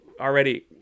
already